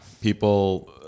People